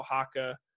Oaxaca